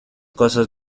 cosas